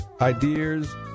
ideas